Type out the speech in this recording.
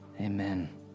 Amen